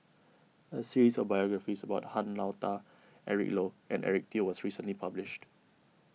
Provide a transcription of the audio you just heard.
a series of biographies about Han Lao Da Eric Low and Eric Teo was recently published